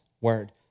Word